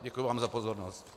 Děkuji vám za pozornost.